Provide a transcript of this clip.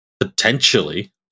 Potentially